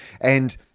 And-